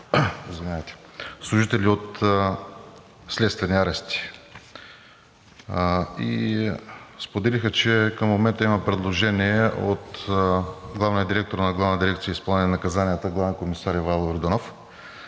служители от „Следствени арести“ и споделиха, че към момента има предложение от главния директор на Главна дирекция „Изпълнение на наказанията“ главен комисар Ивайло Йорданов,